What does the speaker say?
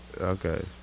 Okay